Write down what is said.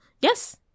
yes